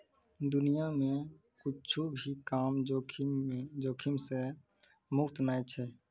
दुनिया मे कुच्छो भी काम जोखिम से मुक्त नै छै